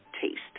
taste